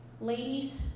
Ladies